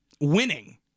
winning